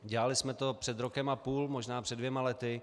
Dělali jsme to před rokem a půl, možná před dvěma lety.